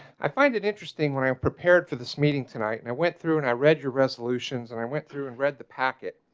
i find it interesting when i prepared for this meeting tonight and i went through and i read your resolutions and i went through and read the packet